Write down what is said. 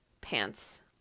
pants